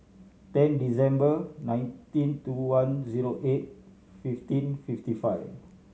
ten December nineteen two one zero eight fifteen fifty five